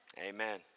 Amen